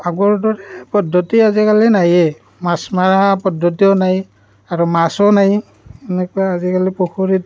আগৰ দৰে পদ্ধতি আজিকালি নায়েই মাছ মাৰা পদ্ধতিও নাই আৰু মাছো নাই এনেকুৱা আজিকালি পুখুৰীত